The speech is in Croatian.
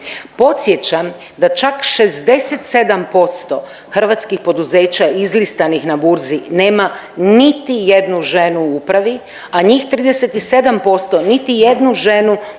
Podsjećam da čak 67% hrvatskih poduzeća izlistanih na burzi nema niti jednu ženu u upravi, a njih 37% niti jednu ženu u